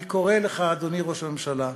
אני קורא לך, אדוני ראש הממשלה,